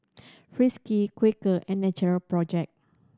Friskies Quaker and Natural Project